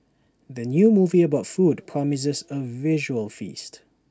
the new movie about food promises A visual feast